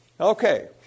Okay